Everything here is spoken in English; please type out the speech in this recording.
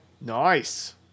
Nice